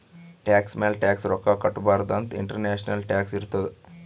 tax ಮ್ಯಾಲ tax ರೊಕ್ಕಾ ಕಟ್ಟಬಾರ್ದ ಅಂತ್ ಇಂಟರ್ನ್ಯಾಷನಲ್ ಟ್ಯಾಕ್ಸ್ ಇರ್ತುದ್